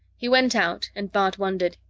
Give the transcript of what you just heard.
he went out, and bart wondered,